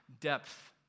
depth